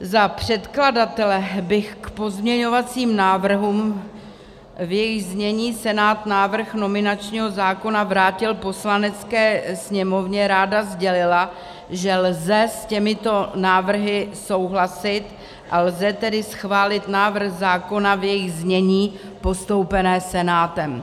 Za předkladatele bych k pozměňovacím návrhům, v jejich znění Senát návrh nominačního zákona vrátil Poslanecké sněmovně, ráda sdělila, že lze s těmito návrhy souhlasit, a lze tedy schválit návrh zákona v jejich znění postoupeném Senátem.